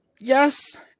Yes